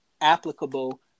applicable